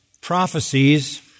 prophecies